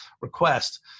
request